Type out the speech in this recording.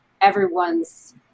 everyone's